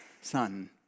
son